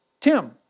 Tim